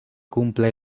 cumpla